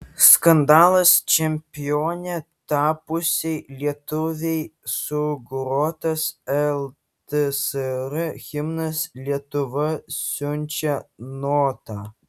skandalas čempione tapusiai lietuvei sugrotas ltsr himnas lietuva siunčia notą